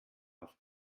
auf